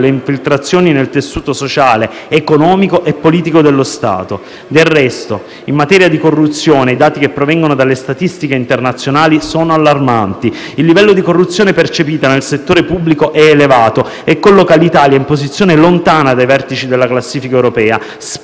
alle infiltrazioni nel tessuto sociale, economico e politico dello Stato. Del resto, in materia di corruzione, i dati che provengono dalle statistiche internazionali sono allarmanti. Il livello di corruzione percepito nel settore pubblico è elevato e colloca l'Italia in posizione lontana dai vertici della classifica europea,